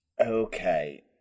Okay